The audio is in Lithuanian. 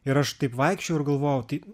ir aš taip vaikščiojau ir galvojau tai